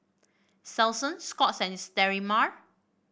Selsun Scott's and Sterimar